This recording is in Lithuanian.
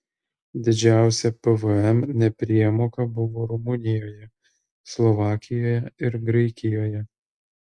didžiausia pvm nepriemoka buvo rumunijoje slovakijoje ir graikijoje